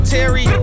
Terry